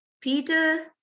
Peter